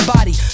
body